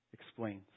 explains